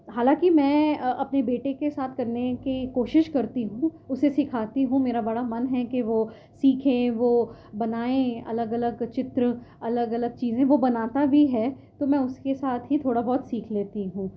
حالانکہ میں اپنے بیٹے کے ساتھ کرنے کی کوشش کرتی ہوں اسے سکھاتی ہوں میرا بڑا من ہے کہ وہ سیکھیں وہ بنائیں الگ الگ چتر الگ الگ چیزیں وہ بناتا بھی ہے تو میں اس کے ساتھ ہی تھوڑا بہت سیکھ لیتی ہوں